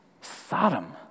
Sodom